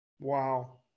Wow